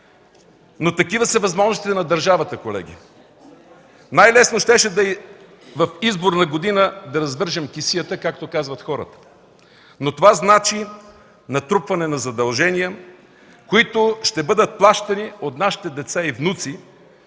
но такива са възможностите на държавата, колеги. Най-лесно щеше да е в изборна година да развържем кесията, както казват хората, но това значи натрупване на задължения, които ще бъдат плащани от нашите деца и внуци,